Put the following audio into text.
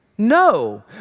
No